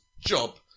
job